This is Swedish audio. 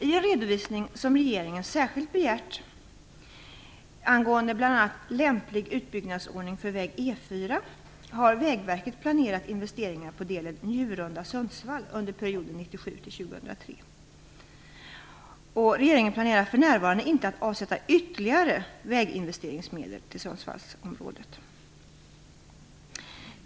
I en redovisning, som regeringen särskilt begärt angående bl.a. lämplig utbyggnadsordning för väg E 4, har Vägverket planerat investeringar på delen Njurunda-Sundsvall under perioden 1997-2003. Regeringen planerar för närvarande inte att avsätta ytterligare väginvesteringsmedel till Sundsvallsområdet.